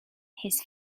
his